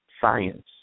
science